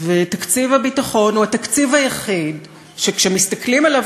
ותקציב הביטחון הוא התקציב היחיד שכשמסתכלים עליו